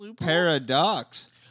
paradox